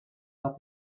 asked